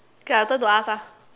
okay ah your turn to ask ah